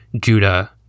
Judah